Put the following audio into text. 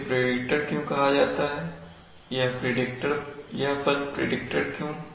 इसे प्रिडिक्टर क्यों कहा जाता है यह पद प्रिडिक्टर क्यों